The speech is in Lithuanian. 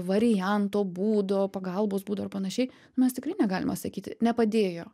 varianto būdo pagalbos būdo ar panašiai mes tikrai negalima sakyti nepadėjo